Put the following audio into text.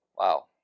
Wow